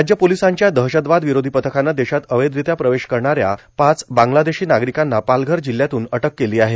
राज्य पोर्लसांच्या दहशतवाद वरोधी पथकानं देशात अवैधारत्या प्रवेश करणाऱ्या पाच बांग्लादेशी नार्गारकांना पालघर जिल्ह्यातून अटक केलो आहे